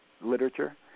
literature